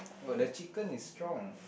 oh the chicken is strong